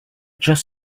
just